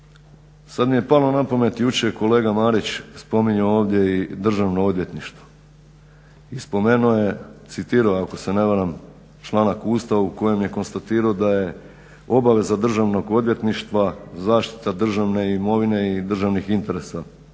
Sad mi je palo na pamet jučer kolega Marić je spominjao ovdje i Državno odvjetništvo. I spomenuo je, citirao ako se ne varam članak Ustava u kojem je konstatirao da je obaveza Državnog odvjetništva zaštita državne imovine i državnih interesa.